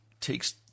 takes